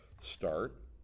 start